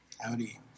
Howdy